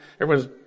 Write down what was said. everyone's